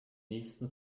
nächsten